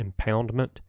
impoundment